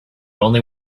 only